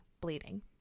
bleeding